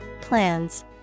plans